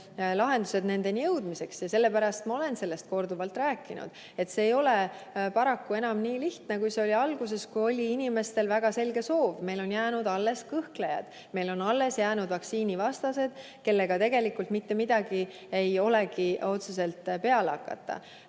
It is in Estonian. lahendused nendeni jõudmiseks. Ja sellepärast ma olen sellest korduvalt rääkinud, et see ei ole paraku enam nii lihtne, kui see oli alguses, kui oli inimestel väga selge soov. Meil on alles jäänud kõhklejaid, meil on alles jäänud vaktsiinivastaseid, kellega tegelikult mitte midagi ei olegi otseselt peale hakata.